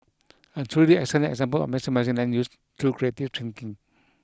a truly excellent example of maximising land use through creative thinking